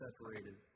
separated